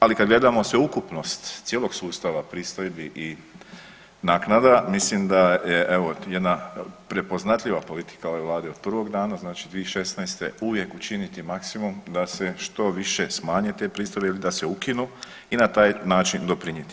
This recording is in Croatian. Ali kad gledamo sveukupnost cijelog sustava pristojbi i naknada mislim da je jedna prepoznatljiva politika ove Vlade od prvog dana znači 2016. uvijek učiniti maksimum da se što više smanje te pristojbe ili da se ukinu i na taj način doprinijeti.